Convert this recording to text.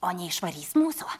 o neišvarys mūsų